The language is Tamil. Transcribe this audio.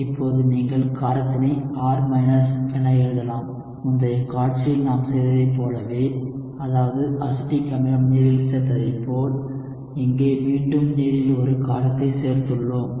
இப்போது நீங்கள் காரத்தினை R என எழுதலாம் முந்தைய காட்சியில் நாம் செய்ததைப் போலவே அதாவது அசிட்டிக் அமிலம் நீரில் சேர்த்ததைப் போல் இங்கே மீண்டும் நீரில் ஒரு காரத்தை சேர்த்துள்ளோம்